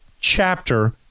chapter